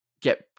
get